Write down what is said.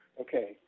Okay